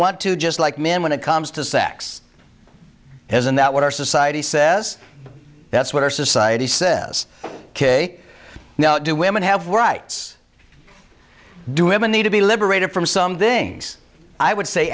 want to just like men when it comes to sex isn't that what our society says that's what our society says ok now do women have rights do women need to be liberated from some things i would say